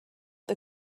the